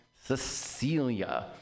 Cecilia